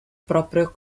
proprio